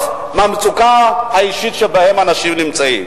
אנשים מהמצוקה האישית שבה הם נמצאים.